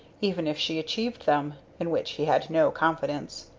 even if she achieved them in which he had no confidence.